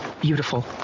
beautiful